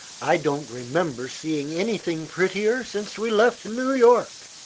i don't remember seeing anything prettier since we left new york.